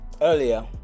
earlier